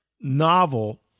novel